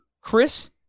Chris